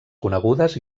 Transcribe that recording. conegudes